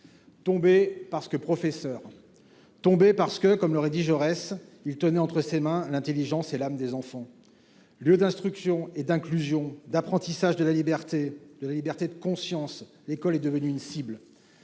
tombé parce que professeur, tombé parce que, comme l’aurait dit Jean Jaurès, il tenait entre ses mains « l’intelligence et l’âme des enfants ». Lieu d’instruction, d’inclusion et d’apprentissage de la liberté, notamment de conscience, l’école est devenue une cible.